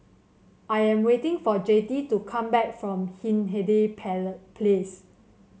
I am waiting for Jettie to come back from Hindhede Place